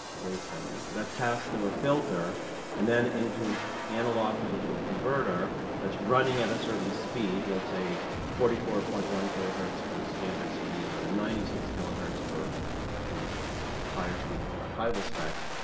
waveform is. that's passed through a filter and then into an analog to digital converter that's running at a certain speed, let's say forty four point one kilohertz for standard cd's or ninety six kilohertz for the higher speed archival specs.